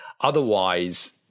Otherwise